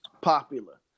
popular